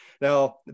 Now